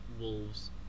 Wolves